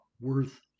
worth